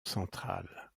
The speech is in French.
centrale